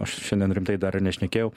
aš šiandien rimtai dar nešnekėjau